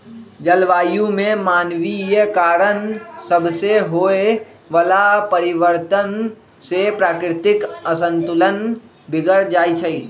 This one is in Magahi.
जलवायु में मानवीय कारण सभसे होए वला परिवर्तन से प्राकृतिक असंतुलन बिगर जाइ छइ